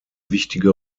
wichtige